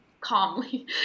calmly